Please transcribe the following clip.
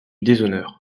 déshonneur